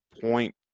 point